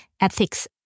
Ethics